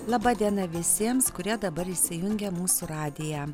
laba diena visiems kurie dabar įsijungė mūsų radiją